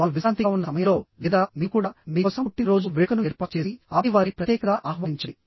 వారు విశ్రాంతిగా ఉన్న సమయంలో లేదా మీరు కూడా మీ కోసం పుట్టినరోజు వేడుకను ఏర్పాటు చేసి ఆపై వారిని ప్రత్యేకంగా ఆహ్వానించండి